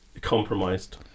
compromised